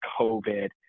COVID